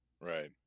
Right